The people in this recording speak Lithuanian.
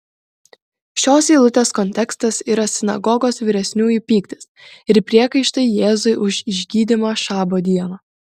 šios eilutės kontekstas yra sinagogos vyresniųjų pyktis ir priekaištai jėzui už išgydymą šabo dieną